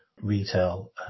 retail